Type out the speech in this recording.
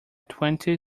twenty